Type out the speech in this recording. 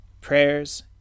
prayers